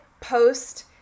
post